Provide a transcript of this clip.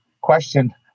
question